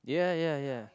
ya ya ya